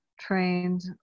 trained